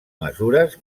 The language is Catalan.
mesures